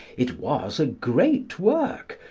it was a great work,